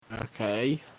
Okay